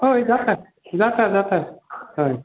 हय जाता जाता जाता हय